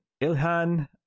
ilhan